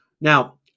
Now